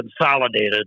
consolidated